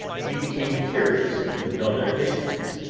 we became curious to know their histories,